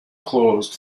closed